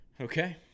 Okay